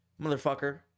Motherfucker